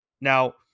Now